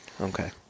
Okay